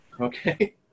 okay